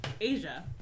Asia